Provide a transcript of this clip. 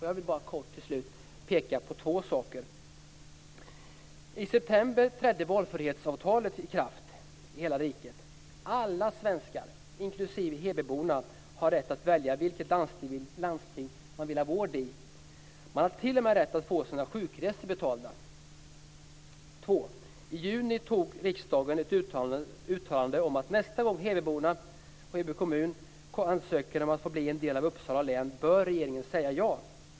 Jag vill bara kort peka på två saker. För det första: I september trädde valfrihetsavtalet i kraft i hela riket. Alla svenskar, inklusive hebyborna, har rätt att välja vilket landsting som de vill ha vård i. Man har t.o.m. rätt att få sina sjukresor betalade. För det andra: I juni gjorde riksdagen ett uttalande om att nästa gång som hebyborna och Heby kommun ansöker om att få bli en del av Uppsala län bör regeringen säga ja.